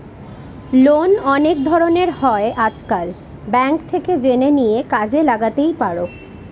loan অনেক ধরনের হয় আজকাল, ব্যাঙ্ক থেকে জেনে নিয়ে কাজে লাগাতেই পারো